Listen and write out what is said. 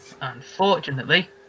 unfortunately